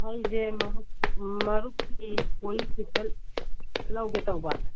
ꯑꯩꯁꯦ ꯃꯔꯨꯞꯀꯤ ꯀꯣꯜꯂꯤꯛ ꯈꯤꯇ ꯂꯧꯒꯦ ꯇꯧꯕ